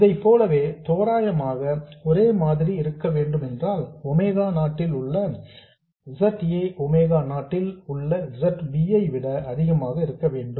இதைப் போலவே தோராயமாக ஒரே மாதிரி இருக்க வேண்டும் என்றால் ஒமேகா நாட் ல் உள்ள Z a ஒமேகா நாட் ல் உள்ள Z b ஐ விட அதிகமாக இருக்க வேண்டும்